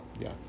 Yes